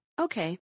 Okay